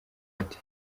ati